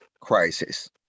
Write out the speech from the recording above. crisis